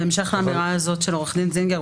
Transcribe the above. בהמשך לאמירה הזאת של עורך הדין זינגר,